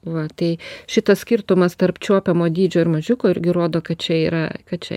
va tai šitas skirtumas tarp čiuopiamo dydžio ir mažiuko irgi rodo kad čia yra kad čia